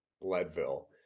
Leadville